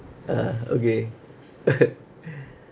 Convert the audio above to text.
ah okay